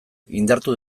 indartu